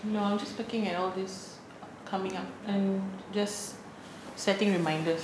no I'm just looking at all these coming up and just setting reminders